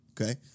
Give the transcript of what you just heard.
Okay